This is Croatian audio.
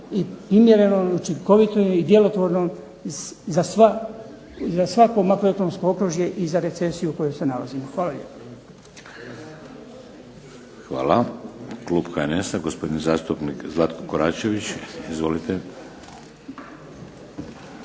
razumije./… učinkovitom i djelotvornom za svako makroekonomsko okružje i za recesiju u kojoj se nalazimo. Hvala lijepo. **Šeks, Vladimir (HDZ)** Hvala. Klub HNS-a, gospodin zastupnik Zlatko Koračević. Izvolite.